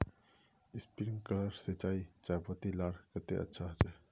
Sprinkler सिंचाई चयपत्ति लार केते अच्छा होचए?